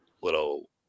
little